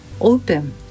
open